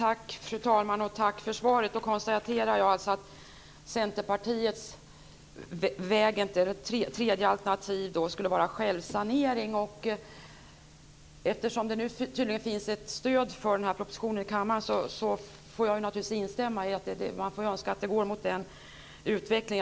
Fru talman! Tack, för svaret. Då konstaterar jag att Centerpartiets tredje alternativ skulle vara självsanering. Eftersom det nu tydligen finns ett stöd för den här propositionen får jag naturligtvis instämma i att man får önska att det går mot den utvecklingen.